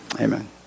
Amen